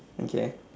okay